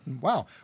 wow